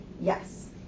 Yes